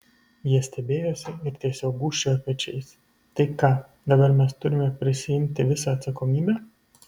jie stebėjosi ir tiesiog gūžčiojo pečiais tai ką dabar mes turime prisiimti visą atsakomybę